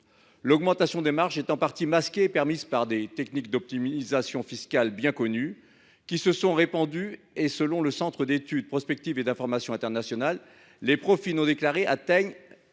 L’augmentation des marges est en partie masquée et permise par des techniques d’optimisation fiscale bien connues, qui se sont répandues. Pour la seule année 2015, le Centre d’études prospectives et d’informations internationales estime ainsi que les profits non déclarés atteignent